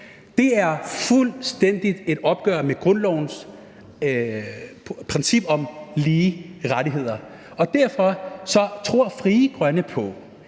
Det er et fuldstændigt opgør med grundlovens princip om lige rettigheder. Derfor tror Frie Grønne på,